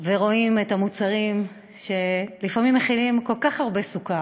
ורואים את המוצרים שלפעמים מכילים כל כך הרבה סוכר,